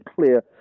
clear